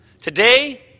Today